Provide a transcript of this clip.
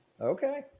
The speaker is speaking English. Okay